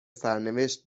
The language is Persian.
سرنوشت